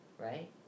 right